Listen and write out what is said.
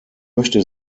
möchte